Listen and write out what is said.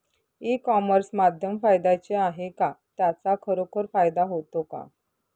E commerce माध्यम फायद्याचे आहे का? त्याचा खरोखर फायदा होतो का?